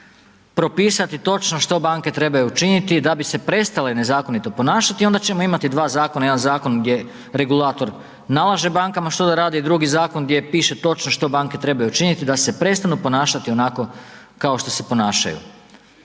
propisati točno što banke trebaju učiniti da bi se prestale nezakonito ponašati i onda ćemo imati dva zakona. Jedan zakon gdje regulator nalaže bankama što da rade i drugi zakon gdje piše točno što banke trebaju učiniti da se prestanu ponašati onako kao što se ponašaju.